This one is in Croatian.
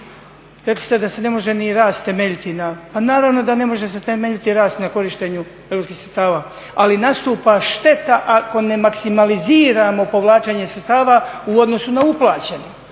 naravno da ne može se temeljiti rast na korištenju europskih sredstava, ali nastupa šteta ako ne maksimaliziramo povlačenje sredstava u odnosu na uplaćeno.